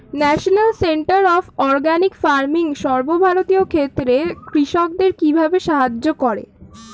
National centre of organic farming সর্বভারতীয় ক্ষেত্রে কৃষকদের কিভাবে সাহায্য করে?